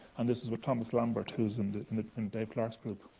and this is with thomas lambert, who's and in dave clarke's group.